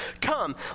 Come